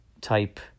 type